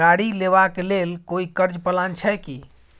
गाड़ी लेबा के लेल कोई कर्ज प्लान छै की?